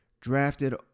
drafted